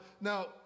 now